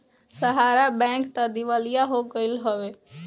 सहारा bank तअ दिवालिया हो गईल हवे